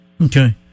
Okay